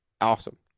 Awesome